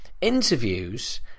interviews